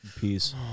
Peace